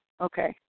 Okay